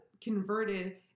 converted